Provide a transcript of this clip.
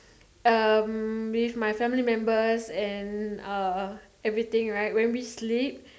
um with my family members and uh everything right when we sleep